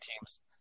teams